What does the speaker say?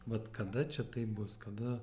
vat kada čia tai bus kada